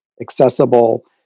accessible